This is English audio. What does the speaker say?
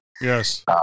Yes